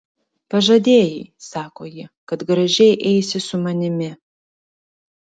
pažadėjai sako ji kad gražiai eisi su manimi